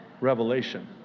Revelation